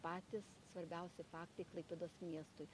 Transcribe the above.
patys svarbiausi faktai klaipėdos miestui